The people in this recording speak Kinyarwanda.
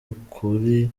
ukuri